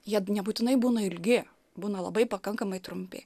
jie nebūtinai būna ilgi būna labai pakankamai trumpi